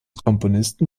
komponisten